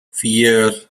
vier